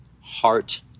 heart